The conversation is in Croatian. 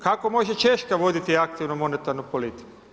Kako može Češka voditi aktivnu monetarnu politiku.